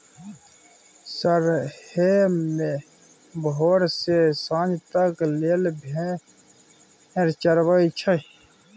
सरेह मे भोर सँ सांझ तक लेल भेड़ चरबई छै